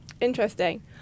Interesting